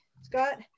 Scott